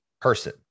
person